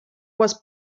was